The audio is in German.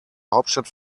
hauptstadt